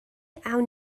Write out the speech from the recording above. awn